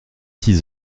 six